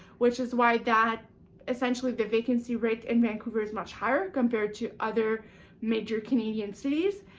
which is why that essentially the vacancy rate in vancouver is much higher compared to other major canadian cities,